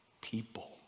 people